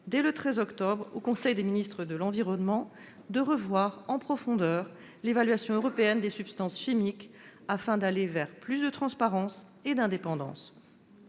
Hulot a demandé au Conseil des ministres de l'environnement, dès le 13 octobre, de revoir en profondeur l'évaluation européenne des substances chimiques, afin d'aller vers plus de transparence et d'indépendance.